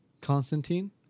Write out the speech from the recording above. Constantine